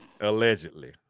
Allegedly